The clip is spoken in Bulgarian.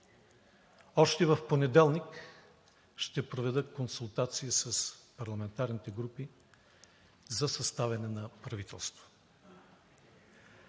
Още в понеделник ще проведа консултации с парламентарните групи за съставяне на правителство,